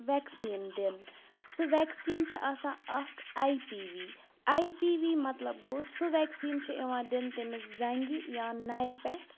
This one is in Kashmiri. ویکسیٖن دِنہٕ سُہ ویکسیٖن چھِ آسان اَکھ I P V I P V مطلب گوٚو سُہ ویکسیٖن چھِ یِوان دِنہٕ تٔمِس زَنٛگہِ یا نَرِ پٮ۪ٹھ